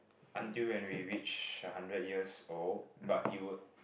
until when we reach a hundred years old but you would